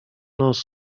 nos